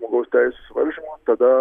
žmogaus teisių suvaržymų tada